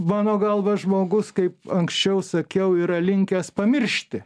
mano galva žmogus kaip anksčiau sakiau yra linkęs pamiršti